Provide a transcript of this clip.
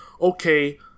okay